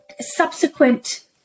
subsequent